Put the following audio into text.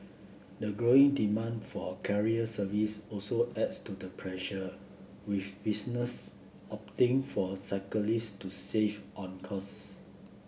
the growing demand for career service also adds to the pressure with business opting for cyclist to save on costs